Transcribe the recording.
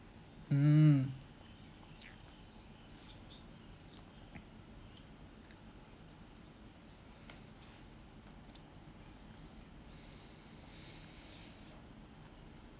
mm